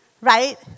right